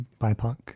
BIPOC